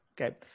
Okay